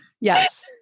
Yes